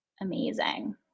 Amazing